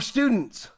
Students